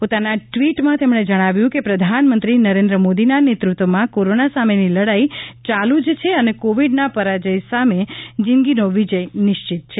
પોતાના ટ્વીટમાં તેમણે જણાવ્યું છે કે પ્રધાનમંત્રી નરેન્દ્ર મોદીના નેતૃત્વમાં કોરોના સામેની લડાઈ ચાલુ જ છે અને કોવિડના પરાજય સામે જિંદગીનો વિજય નિશ્ચિત છે